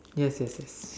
yes yes yes